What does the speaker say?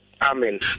Amen